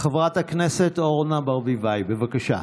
חבר הכנסת עמר בר לב, בבקשה.